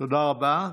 תודה רבה.